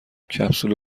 کپسول